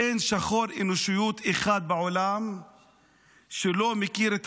אין שוחר אנושיות אחד בעולם שלא מכיר את